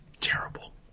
Terrible